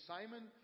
Simon